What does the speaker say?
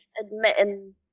admitting